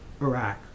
Iraq